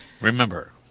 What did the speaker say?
Remember